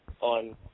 on